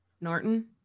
Norton